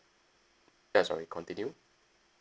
ya sorry continue